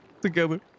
together